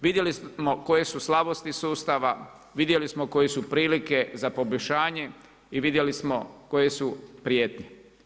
Vidjeli smo koje su slabosti sustava, vidjeli smo koje su prilike za poboljšanje i vidjeli smo koje su prijetnje.